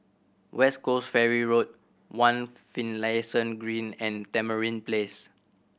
West Coast Ferry Road One Finlayson Green and Tamarind Place